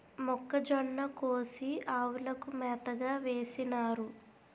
మొక్కజొన్న కోసి ఆవులకు మేతగా వేసినారు